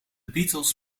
beatles